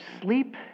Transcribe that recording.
sleep